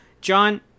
John